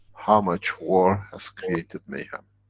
how much war has created mayhem.